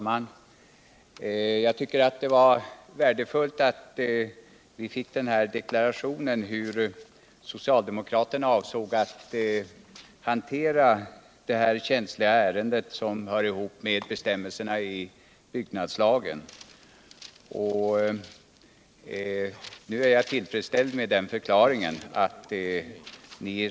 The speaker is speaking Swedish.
Herr talman! Det var värdefullt att vi fick denna deklaration om hur socialdemokraterna avser att hantera detta känsliga ärende, som hör ihop med bestämmelserna i byggnadslagen. Jag är ullfredsställd med förklaringen att ni.